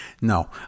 No